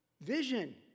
Vision